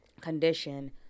condition